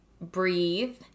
breathe